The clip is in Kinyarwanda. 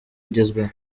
ugezweho